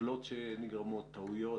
עוולות שנגרמות, טעויות